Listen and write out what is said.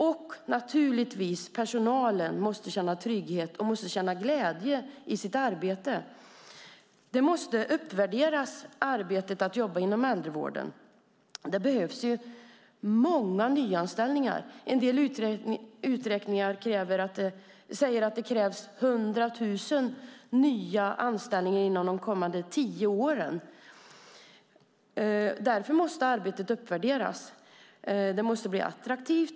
Och naturligtvis måste personalen känna trygghet och glädje i sitt arbete. Arbetet inom äldrevården måste uppvärderas. Det behövs många nyanställningar. En del uträkningar säger att det krävs 100 000 nya anställningar inom de kommande tio åren. Därför måste arbetet uppvärderas. Det måste bli attraktivt.